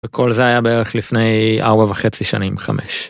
כל זה היה בערך לפני ארבע וחצי שנים חמש.